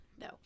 No